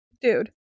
Dude